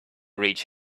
reach